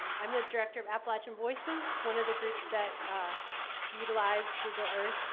i'm the director of appalachian voices, one of the groups that ah utilized google earth.